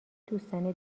دوستانه